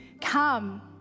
come